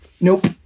Nope